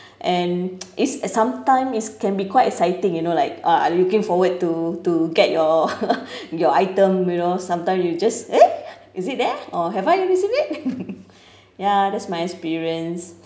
and it's sometime it's can be quite exciting you know like uh I looking forward to to get your your item you know sometime you just eh is it there or have I receive it ya that's my experience